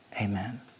Amen